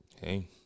Hey